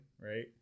right